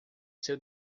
seu